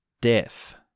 death